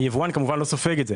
היבואן לא סופג את זה.